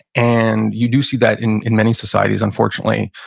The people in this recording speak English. and you do see that in in many societies unfortunately.